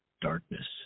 darkness